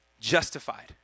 Justified